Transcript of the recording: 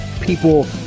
people